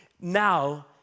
now